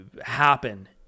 happen